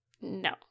no